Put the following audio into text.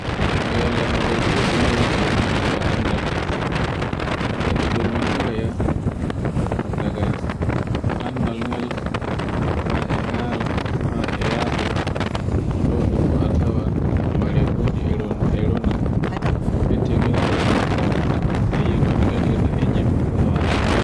Nyalla mare fuji ɗem e rurontira annal e ɗi donontira annal, e ɗi donontira yam daga annal ngal ha'e haala fa'e yahdu e ɗo ɗunfuf a tawaay morehuje er e rona fittongel e rona to mawɗi ɗin. E yia no ɗi gaɗirta yemma a fa wawa.